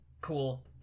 Cool